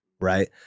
right